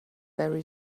very